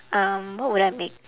um what would I make